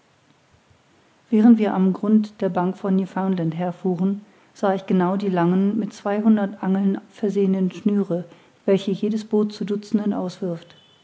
während wir am grund der bank von newfoundland her fuhren sah ich genau die langen mit zweihundert angeln versehenen schnüre welche jedes boot zu dutzenden auswirft